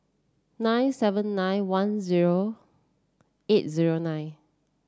nine seven nine one zero eight zero nine